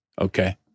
Okay